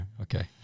Okay